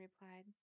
replied